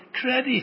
credit